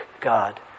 God